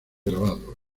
grabado